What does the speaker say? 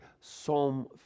Psalm